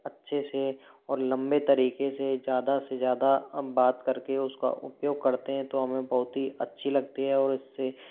अच्छे से और लम्बे तरीक़े से ज़्यादा से ज़्यादा हम बात कर के उस का उपयोग करते हैं तो हमें बहुत ही अच्छी लगती है और इस से